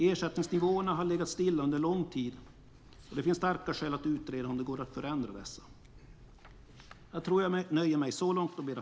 Ersättningsnivåerna har legat stilla under en lång tid, och det finns starka skäl att utreda om det går att förändra dessa.